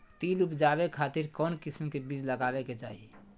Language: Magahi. तिल उबजाबे खातिर कौन किस्म के बीज लगावे के चाही?